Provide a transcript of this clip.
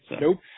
Nope